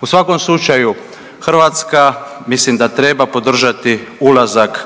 U svakom slučaju Hrvatska mislim da treba podržati ulazak